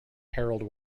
harold